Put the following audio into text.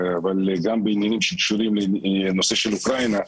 אבל גם בעניינים שקשורים לנושא של אוקראינה.